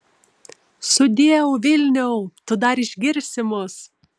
sudieu vilniau tu dar išgirsi mus